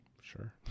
sure